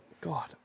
God